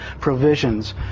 provisions